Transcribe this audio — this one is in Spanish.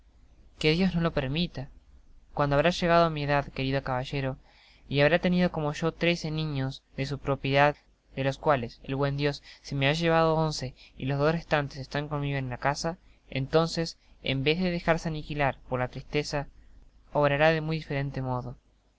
que dios no lo permita cuando habrá llegado á mi edad querido caballero y habrá tenido como yo trece niños de su propiedad de los cuales el buen dios se me ha llevado once y los dos restantes están conmigo en la casa entonces en vez de dejarse aniquilar por la tristeza obrará de muy diferente modo